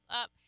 up